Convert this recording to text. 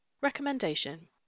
Recommendation